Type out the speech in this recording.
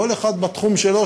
כל אחד בתחום שלו,